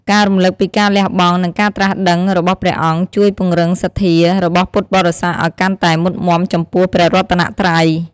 ការរំលឹកពីការលះបង់ និងការត្រាស់ដឹងរបស់ព្រះអង្គ ជួយពង្រឹងសទ្ធា របស់ពុទ្ធបរិស័ទឱ្យកាន់តែមុតមាំចំពោះព្រះរតនត្រ័យ។